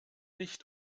nicht